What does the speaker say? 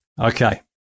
Okay